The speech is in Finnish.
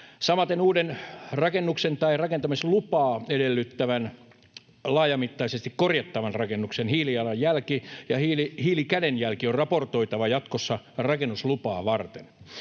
Samaten uuden rakennuksen tai rakentamislupaa edellyttävän, laajamittaisesti korjattavan rakennuksen hiilijalanjälki ja hiilikädenjälki on raportoitava jatkossa rakennuslupaa varten